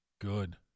Good